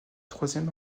troisième